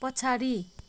पछाडि